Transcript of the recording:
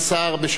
בשם הליכוד.